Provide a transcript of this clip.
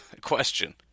question